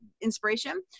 inspiration